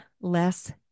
less